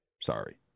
Sorry